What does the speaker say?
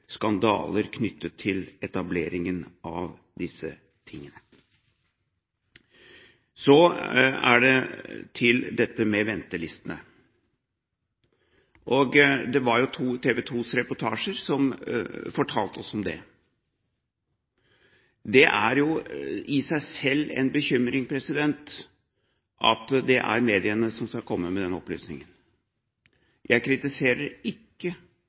skandaler knyttet til etableringen av disse tingene. Så til dette med ventelistene. Det var TV 2s reportasjer som fortalte oss om det. Det er jo i seg selv en bekymring at det var mediene som skulle komme med denne opplysningen. Jeg kritiserer ikke